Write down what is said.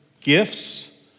gifts